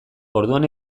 orduan